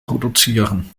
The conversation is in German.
produzieren